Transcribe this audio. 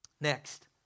Next